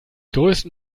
größten